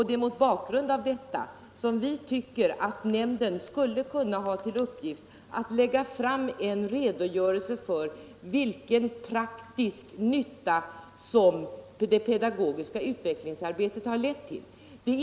Det är mot bakgrund härav som vi tycker att nämnden skulle kunna få till uppgift att lägga fram en redogörelse för vilken praktisk nytta som det pedagogiska utvecklingsarbetet har medfört.